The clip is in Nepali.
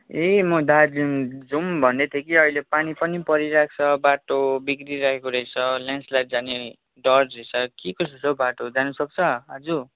ए म दार्जिलिङ जाऊँ भन्दै थिएँ कि अहिले पानी पनि परिरहेको छ बाटो बिग्रिरहेको रहेछ ल्यान्डस्लाइड जाने डर रहेछ के कसो छ हौ बाटो जानसक्छ आज